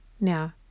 Now